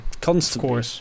constantly